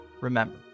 remember